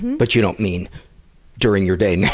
but you don't mean during your day, yeah